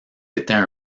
étaient